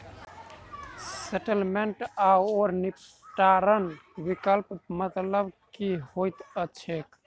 Settlement आओर निपटान विकल्पक मतलब की होइत छैक?